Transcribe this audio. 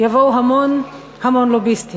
יבואו המון לוביסטים.